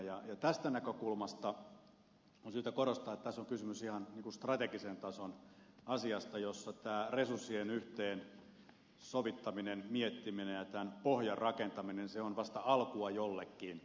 ja tästä näkökulmasta on syytä korostaa että tässä on kysymys ihan niin kuin strategisen tason asiasta jossa tämä resurssien yhteensovittaminen miettiminen ja tämän pohjan rakentaminen on vasta alkua jollekin